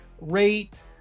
rate